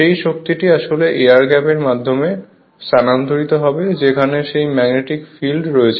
সেই শক্তিটি আসলে এয়ার গ্যাপের মাধ্যমে স্থানান্তরিত হবে যেখানে সেই ম্যাগনেটিক ফিল্ড রয়েছে